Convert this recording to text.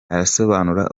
arasobanura